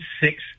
six